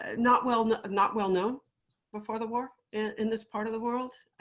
ah not well not well known before the war and in this part of the world.